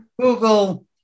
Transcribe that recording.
Google